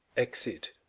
exit